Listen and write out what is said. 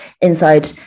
inside